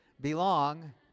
Belong